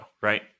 right